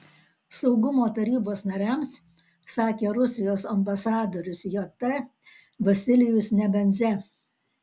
saugumo tarybos nariams sakė rusijos ambasadorius jt vasilijus nebenzia